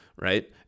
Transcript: right